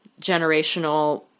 generational